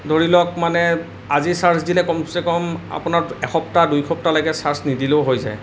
ধৰি লওক মানে আজি চাৰ্জ দিলে কমচে কম আপোনাৰ এসপ্তাহ দুই সপ্তাহ লৈকে চাৰ্জ নিদিলেও হৈ যায়